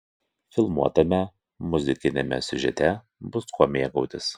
filmuotame muzikiniame siužete bus kuo mėgautis